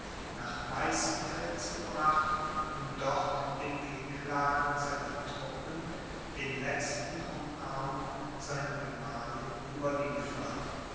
nach weißenfels gebracht und dort dem wehklagen seiner truppen den letzten umarmungen seiner gemahlin überliefert